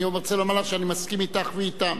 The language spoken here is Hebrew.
אני רוצה לומר לך שאני מסכים אתך ואתם